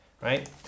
right